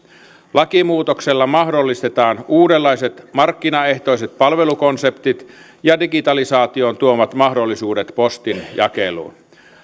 lakimuutoksella mahdollistetaan uudenlaiset markkinaehtoiset palvelukonseptit ja digitalisaation tuomat mahdollisuudet postin jakeluun